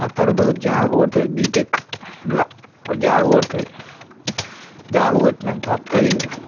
ఆ తర్వాత ఒక జాబ్ కొడుతుంది బీటెక్ బ్లా ఒక జాబ్ కొడుతుంది జాబు కొట్టినాక వస్తుంది ఇంటికి